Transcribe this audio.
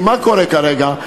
כי מה קורה כרגע?